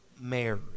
Mary